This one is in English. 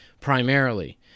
primarily